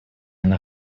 она